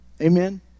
Amen